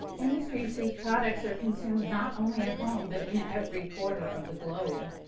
industries whose products are consumed not only at home, but in every quarter of the globe.